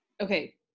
Okay